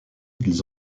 ils